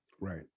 Right